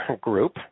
Group